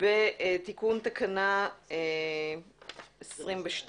בתיקון תקנה 22,